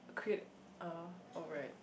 create uh oh right